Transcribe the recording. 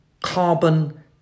carbon